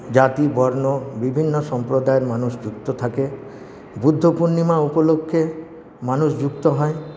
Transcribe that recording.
জাতি বর্ণ বিভিন্ন সম্প্রদায়ের মানুষ যুক্ত থাকে বুদ্ধ পূর্ণিমা উপলক্ষে মানুষ যুক্ত হয়